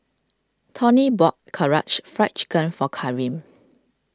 Toni bought Karaage Fried Chicken for Karim